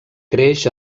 creix